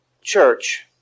church